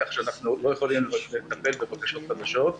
כך שאנחנו לא יכולים לטפל בבקשות חדשות.